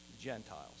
Gentiles